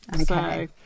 Okay